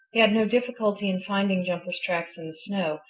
he had no difficulty in finding jumper's tracks in the snow,